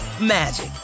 magic